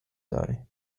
die